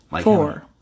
Four